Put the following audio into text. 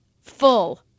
full